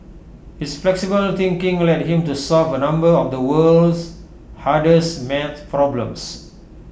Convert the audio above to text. his flexible thinking led him to solve A number of the world's hardest math problems